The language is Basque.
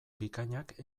bikainak